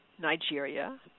Nigeria